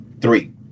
Three